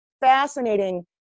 fascinating